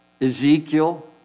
Ezekiel